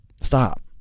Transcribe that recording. Stop